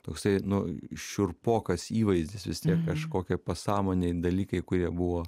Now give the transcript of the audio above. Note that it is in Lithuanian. toksai nu šiurpokas įvaizdis vis tiek kažkokie pasąmonėj dalykai kurie buvo